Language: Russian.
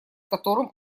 которым